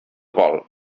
vol